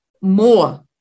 more